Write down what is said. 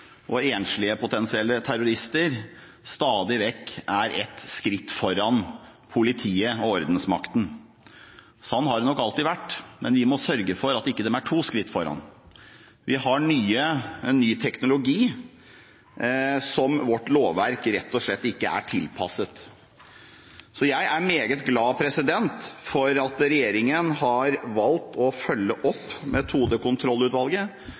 og enslige potensielle terrorister stadig vekk er et skritt foran politiet og ordensmakten. Slik har det nok alltid vært, men vi må sørge for at de ikke er to skritt foran. Vi har ny teknologi som vårt lovverk rett og slett ikke er tilpasset, så jeg er meget glad for at regjeringen har valgt å følge opp Metodekontrollutvalget,